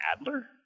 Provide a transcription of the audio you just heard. Adler